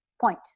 Point